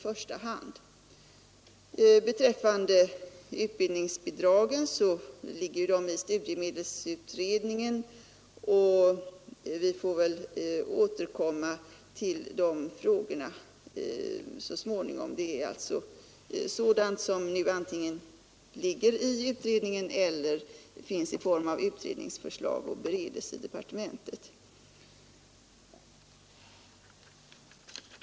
Frågan om utbildningsbidragen och studiemedelsutredningens förslag får vi väl återkomma till så småningom. Det är alltså sådant som nu antingen behandlas av utredningen eller som föreligger i form av utredningsförslag och bereds i departementet.